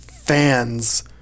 fans